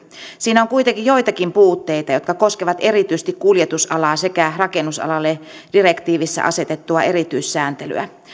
siinä on kuitenkin joitakin puutteita jotka koskevat erityisesti kuljetusalaa sekä rakennusalalle direktiivissä asetettua erityissääntelyä